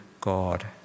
God